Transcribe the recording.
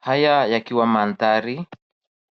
Haya yakiwa mandhari